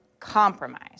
Compromise